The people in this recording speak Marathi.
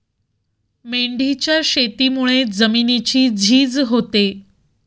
मेंढीच्या शेतीमुळे जमिनीची झीज होते